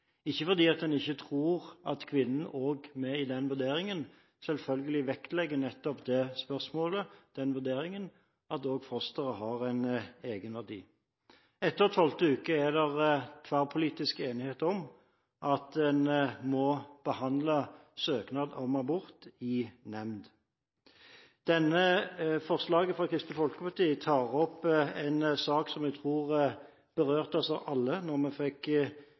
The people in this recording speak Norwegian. ikke fordi en ikke tror at kvinnen i den vurderingen vektlegger at fosteret har en egenverdi. Etter 12. uke er det tverrpolitisk enighet om at en må behandle søknad om abort i nemnd. Dette forslaget fra Kristelig Folkeparti tar opp en sak som jeg tror berørte oss alle da vi fikk